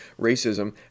racism